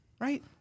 Right